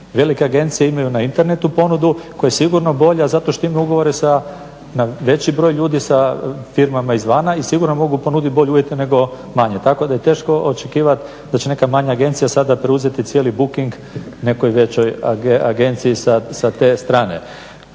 Velike agencije imaju na internetu ponudu koja je sigurno bolja zato što imaju ugovore sa, na veći broj ljudi sa firmama izvana i sigurno mogu ponuditi bolje uvjete nego manje. Tako da je teško očekivati da će neka manja agencija sada preuzeti cijeli booking nekoj većoj agenciji sa te strane.